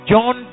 John